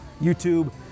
YouTube